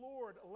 Lord